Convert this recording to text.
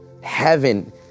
Heaven